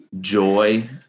Joy